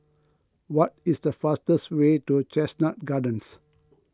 what is the fastest way to Chestnut Gardens